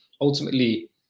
ultimately